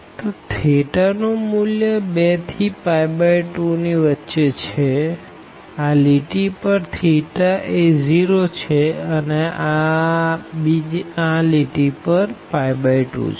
તો થેટા નું મૂલ્ય 2 થી 2 વચ્ચે છેઆ લાઈન પર એ 0 છે અને આ લાઈન પર 2 છે